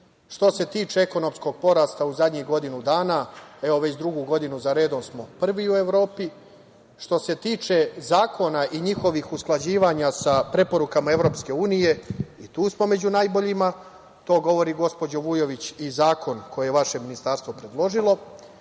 se tiče ekonomskog porasta u zadnjih godinu dana, evo, već drugu godinu za redom smo prvi u Evropi. Što se tiče zakona i njihovih usklađivanja sa preporukama EU i tu smo među najboljima, to govori, gospođo Vujović, i zakon koje je vaše Ministarstvo predložilo.